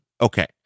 Okay